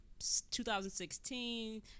2016